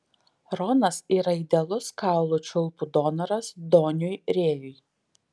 ronas yra idealus kaulų čiulpų donoras doniui rėjui